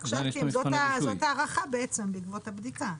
רק שאלתי אם זאת הערכה בעצם בעקבות הבדיקה.